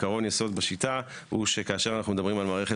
עיקרון יסוד בשיטה הוא שכאשר אנחנו מדברים על מערכת